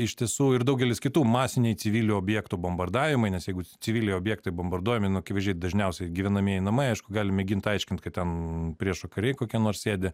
iš tiesų ir daugelis kitų masiniai civilių objektų bombardavimai nes jeigu civiliai objektai bombarduojami nu akivaizdžiai dažniausiai gyvenamieji namai aišku gali mėgint aiškint kad ten priešo kariai kokie nors sėdi